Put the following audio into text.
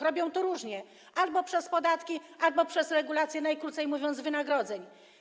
Robią to różnie: albo przez podatki, albo przez regulacje, najkrócej mówiąc, wynagrodzeń.